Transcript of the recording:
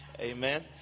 amen